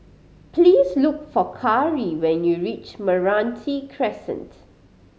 please look for Kari when you reach Meranti Crescent